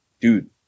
Dude